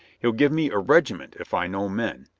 he'll give me a regiment if i know men.